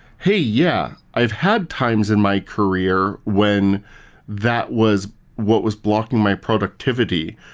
hey, yeah! i've had times in my career when that was what was blocking my productivity,